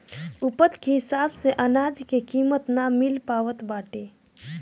उपज के हिसाब से अनाज के कीमत ना मिल पावत बाटे